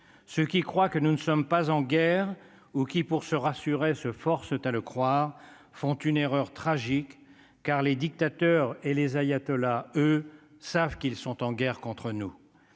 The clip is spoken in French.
ceux qui croient que nous ne sommes pas en guerre ou qui, pour se rassurer, se force à le croire, font une erreur tragique car les dictateurs et les ayatollahs, eux, savent qu'ils sont en guerre contre nous,